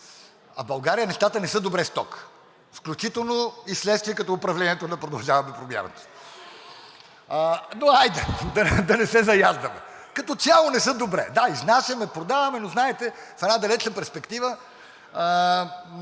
а в България нещата не са добре с тока, включително и вследствие като управлението на „Продължаваме Промяната“. (Смях.) Но хайде, да не се заяждаме. Като цяло не са добре. Да, изнасяме, продаваме, но знаете, в една далечна перспектива